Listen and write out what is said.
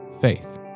faith